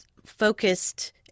Focused